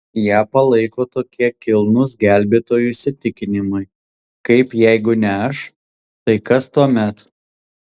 ją palaiko tokie kilnūs gelbėtojų įsitikinimai kaip jeigu ne aš tai kas tuomet